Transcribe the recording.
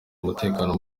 umutekano